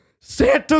Santa